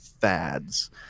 fads